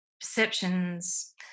perceptions